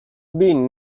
been